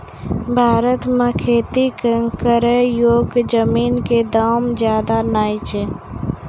भारत मॅ खेती करै योग्य जमीन कॅ दाम ज्यादा नय छै